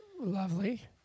Lovely